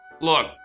Look